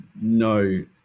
no